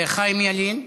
חיים ילין.